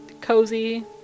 cozy